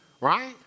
Right